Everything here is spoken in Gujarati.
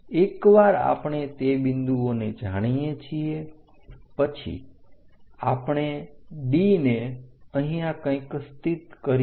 એકવાર આપણે તે બિંદુઓને જાણીએ છીએ પછી આપણે D ને અહીંયા કંઈક સ્થિત કરીશું